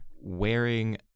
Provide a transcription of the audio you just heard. wearing